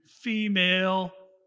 female,